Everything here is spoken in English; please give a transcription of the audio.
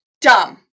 Dumb